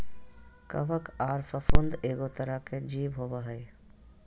कवक आर फफूंद एगो तरह के जीव होबय हइ